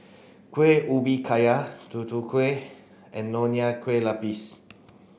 Kueh Ubi Kayu Tutu Kueh and Nonya Kueh Lapis